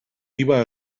iba